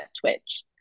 Twitch